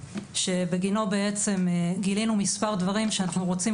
שבגינו בעצם גילינו מספר דברים שאנחנו רוצים